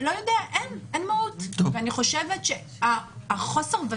לא יודע, אין, אין מהות.